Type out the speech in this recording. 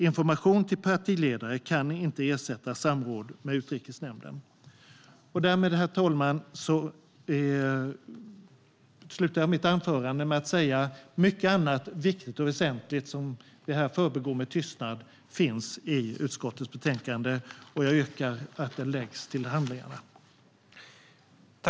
Information till partiledare kan inte ersätta samråd med Utrikesnämnden. Därmed, herr talman, avslutar jag mitt anförande med att säga att mycket annat väsentligt som förbigås med tystnad finns i utskottets betänkande, som jag yrkar läggs till handlingarna.